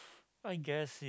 I guess